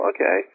Okay